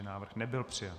Návrh nebyl přijat.